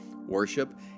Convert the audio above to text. worship